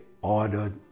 ordered